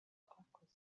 twakoze